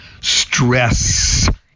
Stress